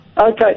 Okay